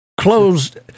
closed